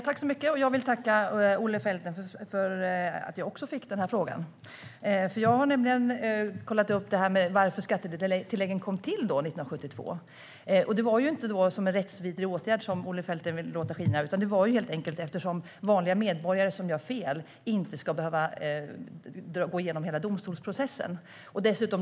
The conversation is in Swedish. Herr talman! Jag vill tacka Olle Felten för att jag fick frågan. Jag har nämligen kollat upp varför skattetilläggen kom till 1972. Det var inte som en rättsvidrig åtgärd, som Olle Felten vill låta påskina, utan det var helt enkelt för att vanliga medborgare som gör fel inte ska behöva gå igenom hela domstolsprocessen.